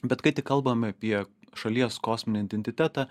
bet kai tik kalbam apie šalies kosminį identitetą